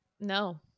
no